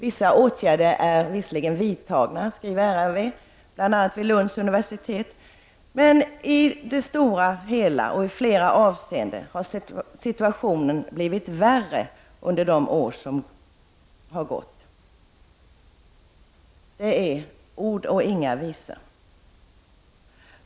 Vissa åtgärder är visserligen vidtagna bl.a. vid Lunds Universitet, men i flera avseenden har situationen bara blivit värre under de år som gått.” Detta är ord och inga visor.